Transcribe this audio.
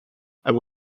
will